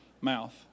mouth